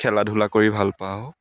খেলা ধূলা কৰি ভাল পাওঁ